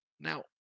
Now